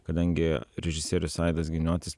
kadangi režisierius aidas giniotis